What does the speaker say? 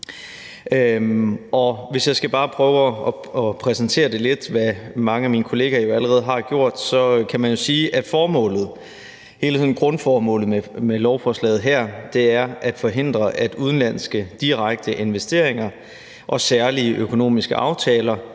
hvis jeg bare skal prøve at præsentere det lidt, hvilket mange af mine kollegaer allerede har gjort, kan man jo sige, at hele sådan grundformålet med lovforslaget her er at forhindre, at udenlandske direkte investeringer og særlige økonomiske aftaler